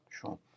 Sure